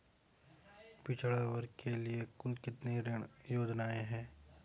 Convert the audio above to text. पिछड़ा वर्ग के लिए कुल कितनी ऋण योजनाएं हैं?